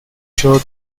sure